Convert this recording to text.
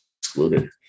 excluded